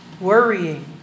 Worrying